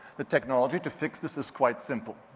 the technology to fix this is quite simple.